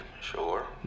Sure